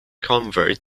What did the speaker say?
convert